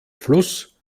fluss